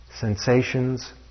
sensations